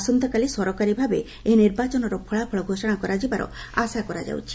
ଆସନ୍ତାକାଲି ସରକାରୀ ଭାବେ ଏହି ନିର୍ବାଚନର ଫଳାଫଳ ଘୋଷଣା କରାଯିବାର ଆଶା କରାଯାଉଛି